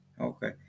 Okay